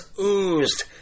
oozed